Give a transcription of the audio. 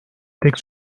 tek